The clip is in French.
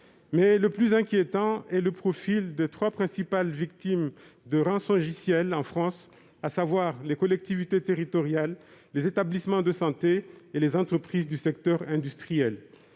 Mais le plus inquiétant est le profil des trois principales victimes d'attaques par rançongiciel en France, à savoir les collectivités territoriales, les établissements de santé et les entreprises du secteur industriel.